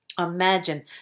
imagine